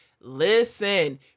Listen